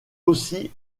aussi